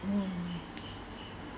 hmm